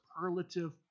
superlative